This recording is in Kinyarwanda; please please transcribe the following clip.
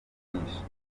byinshi